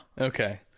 Okay